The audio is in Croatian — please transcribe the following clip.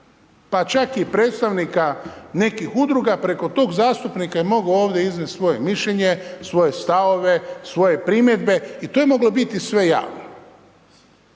pa čak i predstavnika nekih udruga preko tog zastupnika je mogao ovdje iznijeti svoje mišljenje, svoje stavove, svoje primjedbe i to je moglo biti sve javno.